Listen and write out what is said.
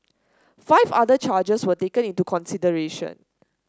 five other charges were taken into consideration